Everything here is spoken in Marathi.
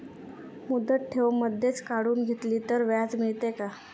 मुदत ठेव मधेच काढून घेतली तर व्याज मिळते का?